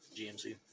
GMC